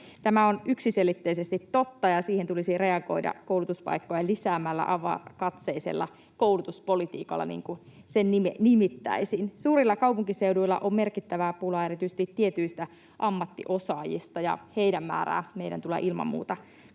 Tämä on yksiselitteisesti totta, ja siihen tulisi reagoida koulutuspaikkoja lisäämällä, avarakatseisella koulutuspolitiikalla, niin kuin sitä nimittäisin. Suurilla kaupunkiseuduilla on merkittävää pulaa erityisesti tietyistä ammattiosaajista, ja heidän määräänsä meidän tulee ilman muuta